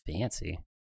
fancy